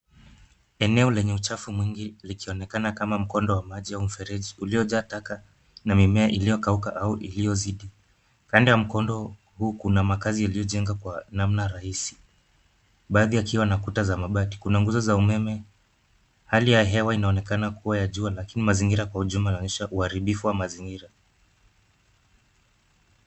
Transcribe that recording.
Eneo lenye uchafu mwingi likionekana kama mkondo wa maji au mfereji uliojaa taka na mimea iliyokauka au iliyozidi. Kando ya mkondo huu kuna makaazi yaliyojenga kwa namna rahisi baadhi yakiwa na kuta za mabati. Kuna nguzo za umeme. Hali ya hewa inaonekana kuwa ya jua lakini mazingira kwa ujumla yanaonyesha uharibifu wa mazingira.